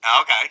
Okay